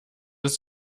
ist